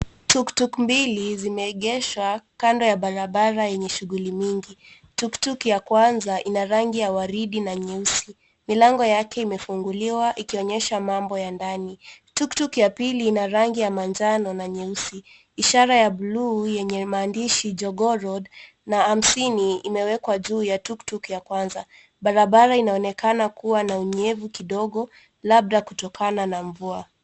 Tuktuk mbili zime egeshwa kando ya barabara yenye shughuli mingi. Tuktuk ya kwanza ina rangi ya waridi na nyeusi, milango yake imefunguliwa ikionyesha mambo ya ndani. Tuktuk ya pili ina rangi ya manjano na nyeusi. Ishara ya bluu yenye maandishi Jogoo Road na hamsini imewekwa juu ya tuktuk ya kwanza. Barabara inaonekana kuwa na unyevu kidogo labda kutokana na mvua.